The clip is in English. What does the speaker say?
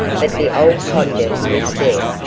but the old codger who is dead,